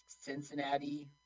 cincinnati